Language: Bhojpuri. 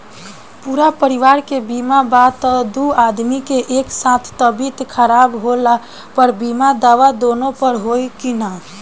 पूरा परिवार के बीमा बा त दु आदमी के एक साथ तबीयत खराब होला पर बीमा दावा दोनों पर होई की न?